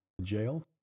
jail